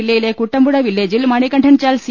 ജില്ലയിലെ കുട്ടമ്പുഴ വില്ലേജിൽ മണികണ്ഠൻചാൽ സി